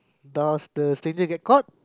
does the steadier get court